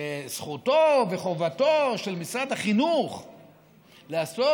שזכותו וחובתו של משרד החינוך לעשות,